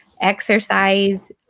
exercise